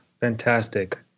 Fantastic